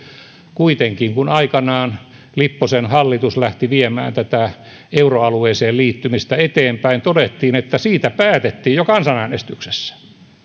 kuitenkin kun aikanaan lipposen hallitus lähti viemään tätä euroalueeseen liittymistä eteenpäin todettiin että siitä päätettiin jo kansanäänestyksessä